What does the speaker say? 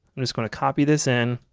i'm just going to copy this and